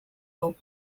rope